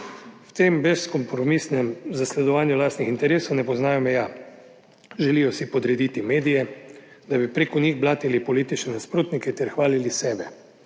V tem brezkompromisnem zasledovanju lastnih interesov ne poznajo meja, želijo si podrediti medije, da bi preko njih blatili politične nasprotnike ter hvalili sebe,